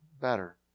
better